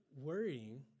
Worrying